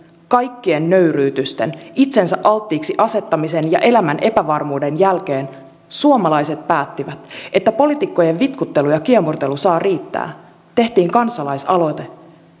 kaikkien nöyryytysten itsensä alttiiksi asettamisen ja elämän epävarmuuden jälkeen suomalaiset päättivät että poliitikkojen vitkuttelu ja kiemurtelu saa riittää tehtiin kansalaisaloite